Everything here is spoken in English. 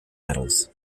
metals